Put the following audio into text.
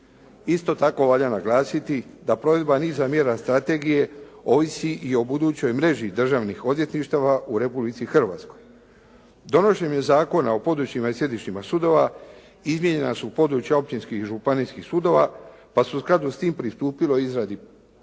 Isto tako valja naglasiti da provedba niza mjera strategije ovisi i o budućoj mreži državnih odvjetništava u Republici Hrvatskoj. Donošenjem Zakona o područjima i sjedištima sudova izmijenjena su područja općinskih i županijskih sudova pa se u skladu s tim pristupilo izradi